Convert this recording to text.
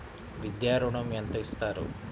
విద్యా ఋణం ఎంత ఇస్తారు?